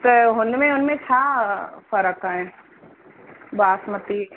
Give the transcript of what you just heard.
त हुन में हुन में छा फ़र्क आहे बासमती